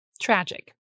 tragic